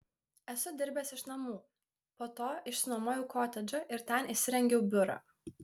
esu dirbęs iš namų po to išsinuomojau kotedžą ir ten įsirengiau biurą